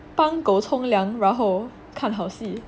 帮狗冲凉然后看好戏